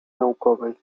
naukowej